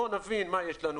בוא נבין מה יש לנו,